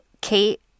Kate